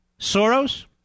Soros